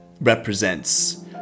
represents